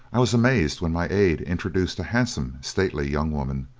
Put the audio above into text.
i was amazed when my aide introduced a handsome, stately young woman,